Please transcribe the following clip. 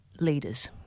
leaders